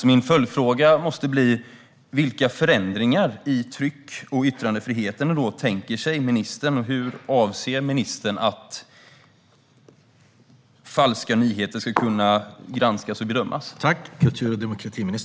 Min följdfråga måste bli: Vilka förändringar i tryckfriheten och yttrandefriheten tänker sig ministern, och hur avser ministern att falska nyheter ska kunna granskas och bedömas?